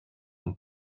and